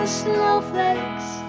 snowflakes